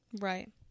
Right